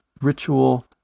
ritual